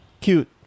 Cute